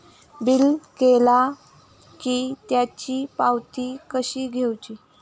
Bill केला की त्याची पावती कशी घेऊची?